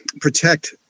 protect